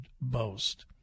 boast